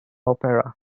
opera